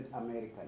American